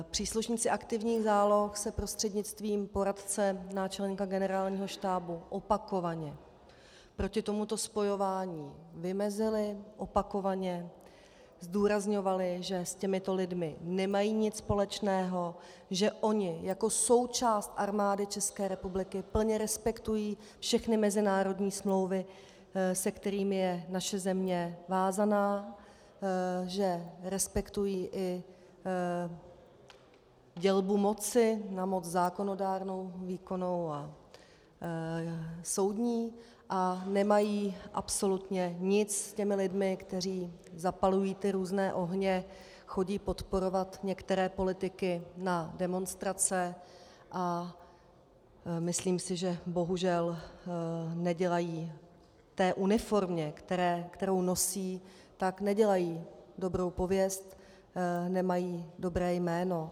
Příslušníci aktivních záloh se prostřednictvím poradce náčelníka Generálního štábu opakovaně proti tomuto spojování vymezili, opakovaně zdůrazňovali, že s těmito lidmi nemají nic společného, že oni jako součást Armády České republiky plně respektují všechny mezinárodní smlouvy, kterými je naše země vázaná, že respektují i dělbu moci na moc zákonodárnou, výkonnou a soudní a nemají absolutně nic s lidmi, kteří zapalují různé ohně, chodí podporovat některé politiky na demonstrace, a myslím si, že bohužel nedělají té uniformě, kterou nosí, dobrou pověst, nemají dobré jméno.